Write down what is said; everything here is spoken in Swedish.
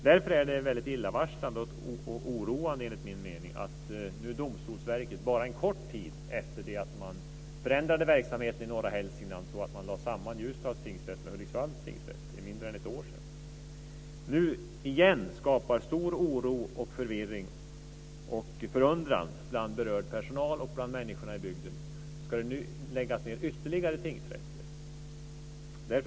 Därför är det illavarslande och oroande att Domstolsverket, bara en kort tid efter det att man förändrade verksamheten i norra Hälsingland och lade samman Ljusdals tingsrätt med Hudiksvalls tingsrätt, igen skapar stor oro, förvirring och förundran bland berörd personal och människorna i bygden. Det är mindre än ett år sedan de båda tingsrätterna lades samman. Ska det nu läggas ned ytterligare tingsrätter?